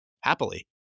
happily